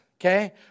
okay